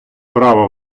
право